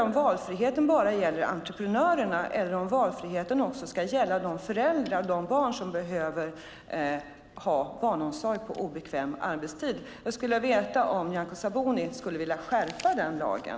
Gäller valfriheten bara entreprenörerna eller ska valfriheten gälla de föräldrar och de barn som behöver barnomsorg på obekväm arbetstid? Jag skulle vilja veta om Nyamko Sabuni vill skärpa lagen.